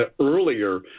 earlier